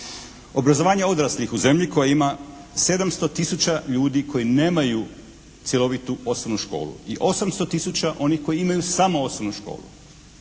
Obrazovanje odraslih u zemlji koja ima 700 tisuća ljudi koji nemaju cjelovitu osnovnu školu. I 800 tisuća onih koji imaju samo osnovnu školu.